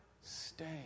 stay